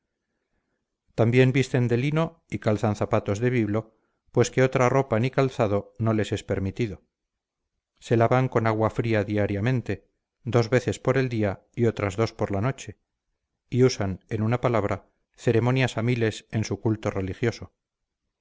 también visten de lino y calzan zapatos de biblo pues que otra ropa ni calzado no les es permitido se lavan con agua fría diariamente dos veces por el día y otras dos por la noche y usan en una palabra ceremonias a miles en su culto religioso